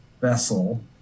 vessel